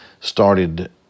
started